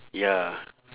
ya